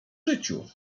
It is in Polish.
życiu